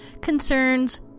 concerns